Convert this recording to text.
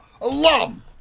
alum